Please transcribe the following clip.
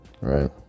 right